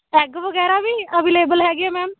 egg ਵਗੈਰਾ ਵੀ available ਹੈਗੇ ਆ ਮੈਮ